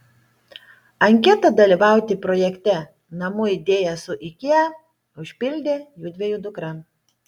anketą dalyvauti projekte namų idėja su ikea užpildė judviejų dukra